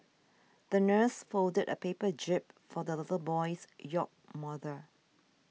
the nurse folded a paper jib for the little boy's yacht mother